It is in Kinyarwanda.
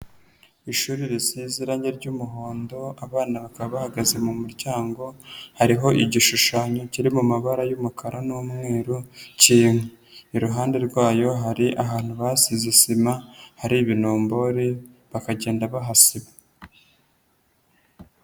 Ishuri risize irangi ry'umuhondo abana bakaba bahagaze mu muryango hariho igishushanyo kiri mu mabara y'umukara n'umweru k'inka, iruhande rwayo hari ahantu basize sima hari ibinombore bakagenda bahasiba.